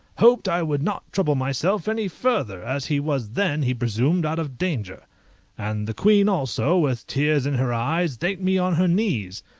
hoped i would not trouble myself any farther, as he was then, he presumed, out of danger and the queen also, with tears in her eyes, thanked me on her knees,